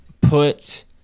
put